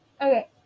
Okay